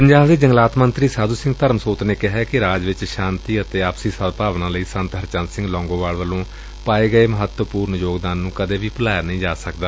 ਪੰਜਾਬ ਦੇ ਜੰਗਲਾਤ ਮੰਤਰੀ ਸਾਧੁ ਸਿੰਘ ਧਰਮਸੋਤ ਨੇ ਕਿਹਾ ਕਿ ਰਾਜ ਵਿੱਚ ਸ਼ਾਂਤੀ ਅਤੇ ਆਪਸੀ ਸਦਭਾਵਨਾ ਲਈ ਸੰਤ ਹਰਚੰਦ ਸਿੰਘ ਲੌਂਗੋਵਾਲ ਵੱਲੋਂ ਪਾਏ ਗਏ ਮਹੱਤਵਪੁਰਨ ਯੋਗਦਾਨ ਨੂੰ ਕਦੇ ਭੁਲਾਇਆ ਨਹੀਂ ਜਾ ਸਕਦਾ